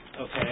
okay